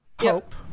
Hope